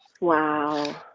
Wow